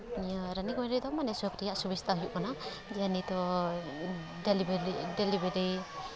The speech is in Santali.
ᱱᱤᱭᱟᱹ ᱨᱟᱱᱤᱜᱚᱡᱽ ᱨᱮᱫᱚ ᱢᱟᱱᱮ ᱥᱚᱵ ᱨᱮᱭᱟᱜ ᱥᱩᱵᱤᱥᱛᱟ ᱦᱩᱭᱩᱜ ᱠᱟᱱᱟ ᱡᱮ ᱱᱤᱛᱚᱜ ᱰᱮᱞᱤᱵᱷᱟᱨᱤ